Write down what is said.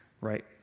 right